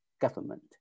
government